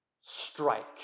Strike